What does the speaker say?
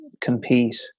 compete